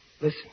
Listen